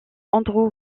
andrew